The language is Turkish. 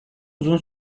uzun